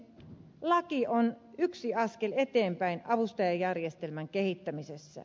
laki on yksi askel eteenpäin avustajajärjestelmän kehittämisessä